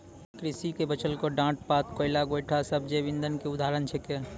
कृषि के बचलो डांट पात, कोयला, गोयठा सब जैव इंधन के उदाहरण छेकै